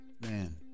Man